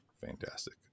Fantastic